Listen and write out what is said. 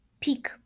peak